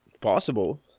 Possible